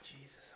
Jesus